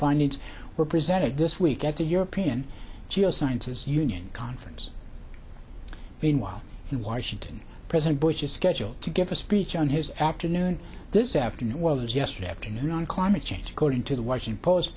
findings were presented this week at a european geosciences union conference meanwhile he washington president bush is scheduled to give a speech on his afternoon this afternoon well as yesterday afternoon on climate change according to the washington post